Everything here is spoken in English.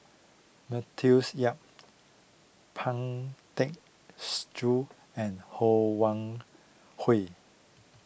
Matthews Yap Pang Tecks Joon and Ho Wan Hui